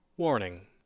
Warning